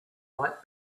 might